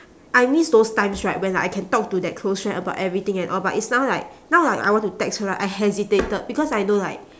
I miss those times right when like I can talk to that close friend about everything and all but is now like now like I want to text her right I hesitated because I know like